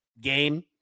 game